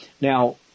Now